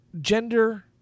Gender